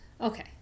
Okay